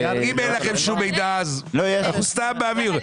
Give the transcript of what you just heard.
אם אין לכם שום מידע אז אנחנו סתם באוויר.